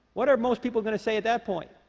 what are most people gonna say at that point